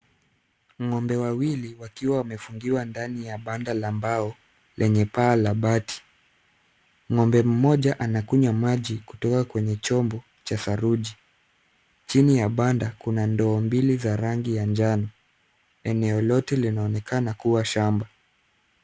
Ng'ombe wawili wakiwa wamefungiwa ndani ya banda la mbao lenye paa la bati. Ng'ombe mmoja anakunywa maji kutoka kwenye chombo cha saruji. Chini ya banda kuna ndoo mbili za rangi ya njano. Eneo lote linaonekana kuwa shamba.